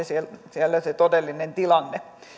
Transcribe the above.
siellä siellä on se todellinen tilanne